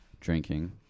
drinking